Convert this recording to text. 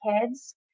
kids